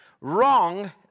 Wrong